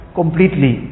completely